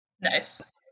Nice